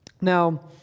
Now